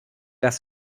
das